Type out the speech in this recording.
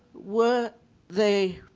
were they